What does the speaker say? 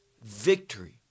victory